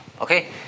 okay